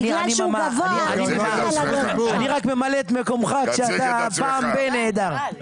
אני רק ממלא את מקומך כשאתה פעם ב- נעדר.